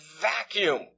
vacuum